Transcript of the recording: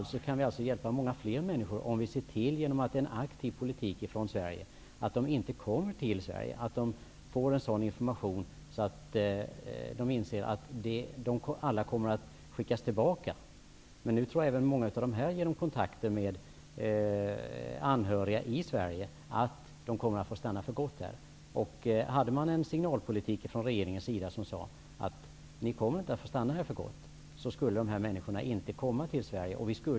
Vi kan alltså hjälpa många fler människor om vi genom en aktiv politik ser till att de inte kommer till Sverige och att de får en sådan information att de inser att alla kommer att skickas tillbaka. Nu tror många av dem genom kontakter med anhöriga i Sverige att de kommer att få stanna här för gott. Om regeringen förde en signalpolitik som sade att de inte kommer att få stanna här för gott, skulle dessa människor inte komma till Sverige.